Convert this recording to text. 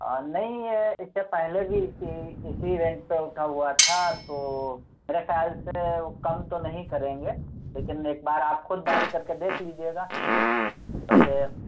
نہیں یہ اس سے پہلے بھی اسی اسی رینٹ پہ اٹھا ہوا تھا تو میرے خیال سے وہ کم تو نہیں کریں گے لیکن ایک بار آپ خود بات کر کے دیکھ لیجیے گا ویسے